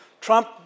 Trump